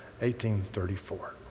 1834